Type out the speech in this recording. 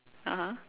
(uh huh)